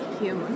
human 。